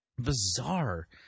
bizarre